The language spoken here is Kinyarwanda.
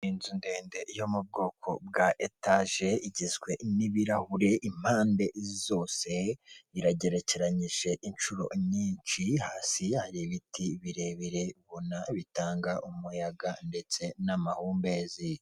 Inzu ndende yo mu bwoko bwa etaje, igizwe n'ibirahure impande zose, iragerekeranyije inshuro nyinshi, hasi hari ibiti birebire ubona bitanga umuyaga ndetse n'amahumbezi.